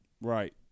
Right